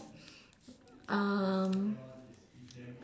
um